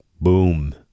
Boom